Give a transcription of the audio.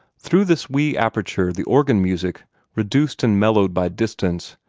through this wee aperture the organ-music, reduced and mellowed by distance,